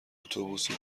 اتوبوسی